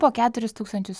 po keturis tūkstančius